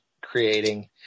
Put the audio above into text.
creating